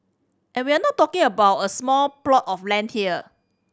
and we're not talking about a small plot of land here